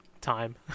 time